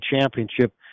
Championship